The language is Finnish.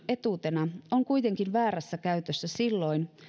etuutena on kuitenkin väärässä käytössä silloin